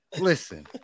Listen